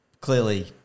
clearly